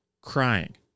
crying